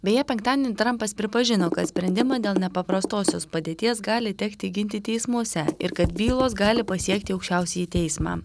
beje penktadienį trampas pripažino kad sprendimą dėl nepaprastosios padėties gali tekti ginti teismuose ir kad bylos gali pasiekti aukščiausiąjį teismą